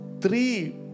Three